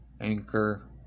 Anchor